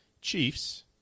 Chiefs